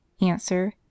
Answer